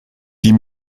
die